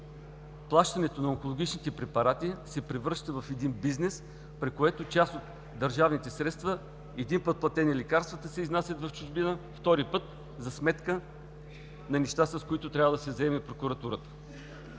плащането на онкологичните препарати се превръща в един бизнес, при което част от държавните средства, един път платени лекарства, се изнасят в чужбина, втори път, за сметка на неща, с които трябва да се заеме прокуратурата.